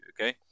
Okay